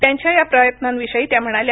त्यांच्या या प्रयत्नांविषयी त्या म्हणाल्या